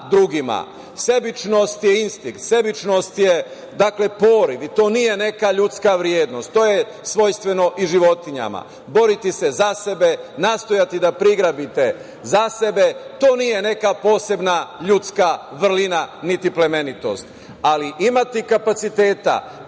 Sebičnosti je instinkt, sebičnost je poriv i to nije neka ljudska vrednost. To je svojstveno i životinjama. Boriti se za sebe, nastojati da prigrabite za sebe, to nije neka posebna ljudska vrlina niti plemenitost, ali imati kapaciteta